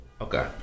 Okay